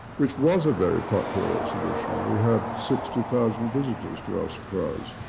which was a very popular exhibition. we had sixty thousand visitors, to our surprise.